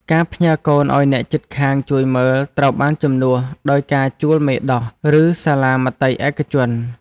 ការផ្ញើកូនឱ្យអ្នកជិតខាងជួយមើលត្រូវបានជំនួសដោយការជួលមេដោះ ឬសាលាមត្តេយ្យឯកជន។